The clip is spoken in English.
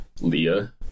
Leah